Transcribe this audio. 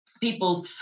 people's